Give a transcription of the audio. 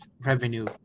revenue